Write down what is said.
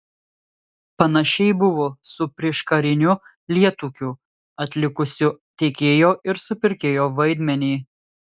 panašiai buvo su prieškariniu lietūkiu atlikusiu tiekėjo ir supirkėjo vaidmenį